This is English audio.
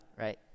right